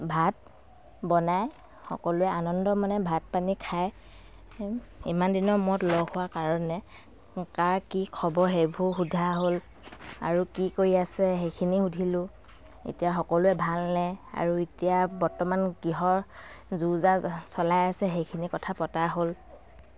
ভাত বনাই সকলোৱে আনন্দ মনে ভাত পানী খাই ইমান দিনৰ মূৰত লগ হোৱা কাৰণে কাৰ কি খবৰ সেইবোৰ সোধা হ'ল আৰু কি কৰি আছে সেইখিনি সুধিলোঁ এতিয়া সকলোৱে ভাল নে আৰু এতিয়া বৰ্তমান কিহৰ যো জা চলাই আছে সেইখিনি কথা পতা হ'ল